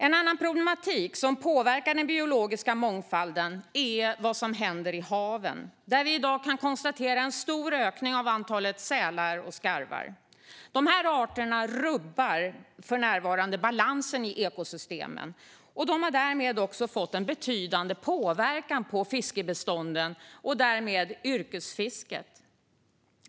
En annan problematik som påverkar den biologiska mångfalden är vad som händer i haven, där vi i dag kan konstatera en stor ökning av antalet sälar och skarvar. Dessa arter rubbar för närvarande balansen i ekosystemen, vilket har haft betydande påverkan på fiskebestånden och därmed yrkesfisket.